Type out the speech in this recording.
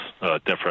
different